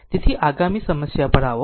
તેથી આગામી સમસ્યા પર આવો